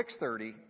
6.30